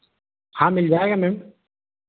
हाँ मिल जाएगा मैम